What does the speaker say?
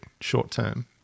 short-term